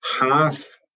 half